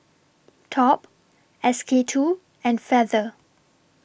Top S K two and Feather